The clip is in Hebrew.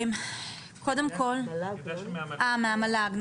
-- יש מישהו מהמל"ג.